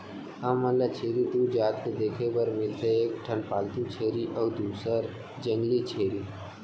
हमन ल छेरी दू जात के देखे बर मिलथे एक ठन पालतू छेरी अउ दूसर जंगली छेरी